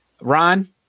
Ron